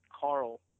Carl